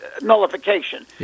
nullification